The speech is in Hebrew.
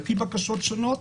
על פי בקשות שונות,